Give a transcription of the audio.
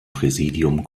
präsidium